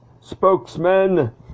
spokesman